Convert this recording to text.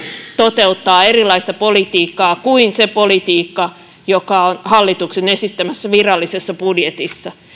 toteuttaa erilaista politiikkaa kuin se politiikka joka on hallituksen esittämässä virallisessa budjetissa